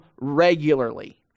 regularly